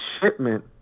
shipment